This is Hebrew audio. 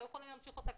לא יכולים להמשיך אותה.